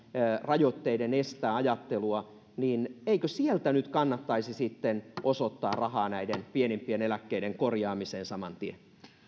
rajoitteiden estää ajattelua niin eikö sieltä nyt kannattaisi sitten osoittaa rahaa näiden pienimpien eläkkeiden korjaamiseen saman tien